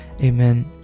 Amen